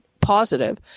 positive